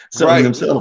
Right